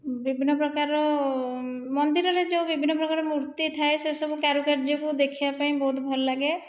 ବିଭିନ୍ନ ପ୍ରକାର ମନ୍ଦିରରେ ଯେଉଁ ବିଭିନ୍ନ ପ୍ରକାର ମୂର୍ତ୍ତି ଥାଏ ସେସବୁ କାରୁକାର୍ଯ୍ୟକୁ ଦେଖିବା ପାଇଁ ବହୁତ ଭଲ ଲାଗେ